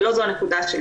אבל לא זו הנקודה שלי.